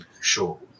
sure